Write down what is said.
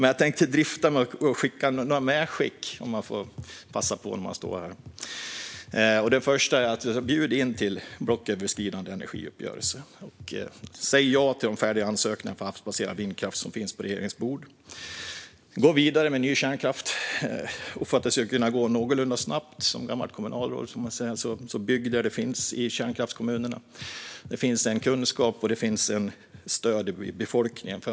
Men jag tänkte drista mig till att göra några medskick: Bjud in till en blocköverskridande energiuppgörelse! Säg ja till de färdiga ansökningarna för havsbaserad vindkraft som finns på regeringens bord! Gå vidare med ny kärnkraft! För att det ska gå någorlunda snabbt säger jag, som tidigare har varit kommunalråd, att man ska bygga där kärnkraft redan finns, det vill säga i kärnkraftskommunerna där det finns en kunskap och ett stöd i befolkningen.